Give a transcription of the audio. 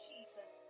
Jesus